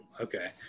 okay